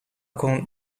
con